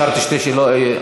היושב-ראש אישר שתי שאלות.